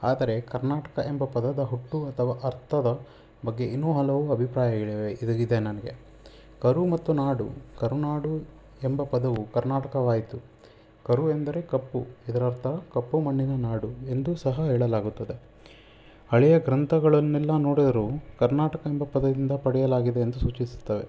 ಆದರೆ ಕರ್ನಾಟಕ ಎಂಬ ಪದದ ಹುಟ್ಟು ಅಥವಾ ಅರ್ಥದ ಬಗ್ಗೆ ಇನ್ನೂ ಹಲವು ಅಭಿಪ್ರಾಯಗಳಿವೆ ಇದೆ ನನಗೆ ಕರು ಮತ್ತು ನಾಡು ಕರುನಾಡು ಎಂಬ ಪದವು ಕರ್ನಾಟಕವಾಯಿತು ಕರು ಎಂದರೆ ಕಪ್ಪು ಇದರರ್ಥ ಕಪ್ಪು ಮಣ್ಣಿನ ನಾಡು ಎಂದೂ ಸಹ ಹೇಳಲಾಗುತ್ತದೆ ಹಳೆಯ ಗ್ರಂಥಗಳನ್ನೆಲ್ಲ ನೋಡಿದರೂ ಕರ್ನಾಟಕ ಎಂಬ ಪದದಿಂದ ಪಡೆಯಲಾಗಿದೆ ಎಂದು ಸೂಚಿಸುತ್ತವೆ